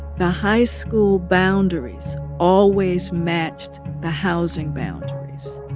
the high school boundaries always matched the housing boundaries